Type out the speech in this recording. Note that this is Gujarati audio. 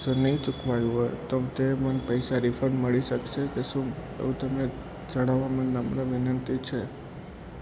જો નહીં ચૂકવાયું હોય તો તે મન પૈસા રિફંડ મળી શકશે કે શું એવું તમે જણાવામાં નમ્ર વિનંતી છે